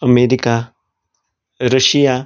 America Russia